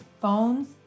phones